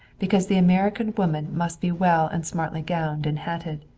because the american woman must be well and smartly gowned and hatted.